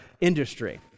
industry